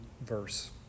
verse